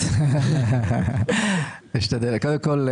קודם כול,